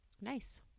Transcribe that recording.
Nice